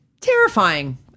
Terrifying